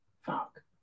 Fuck